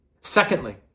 Secondly